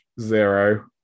zero